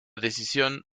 decisión